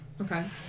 okay